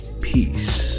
Peace